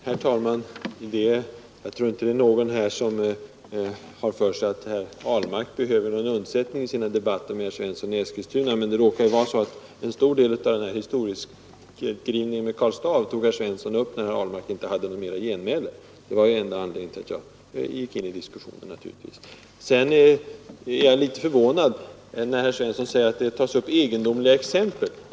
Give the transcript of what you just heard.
Herr talman! Jag tror inte att det är någon här som har för sig att herr Ahlmark behöver någon undsättning i sina debatter med herr Svensson i Eskilstuna. Men det råkar vara så att herr Svensson tog upp en stor del av denna historieskrivning om Karl Staaff när herr Ahlmark inte hade rätt till ytterligare genmäle. Det var givetvis anledningen till att jag tog upp diskussionen. Jag är litet förvånad när herr Svensson säger att det tas upp egendomliga exempel.